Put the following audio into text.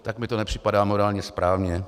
Tak mi to nepřipadá morálně správně.